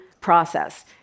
process